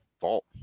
vault